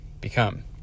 become